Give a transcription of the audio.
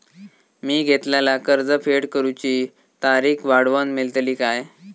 मी घेतलाला कर्ज फेड करूची तारिक वाढवन मेलतली काय?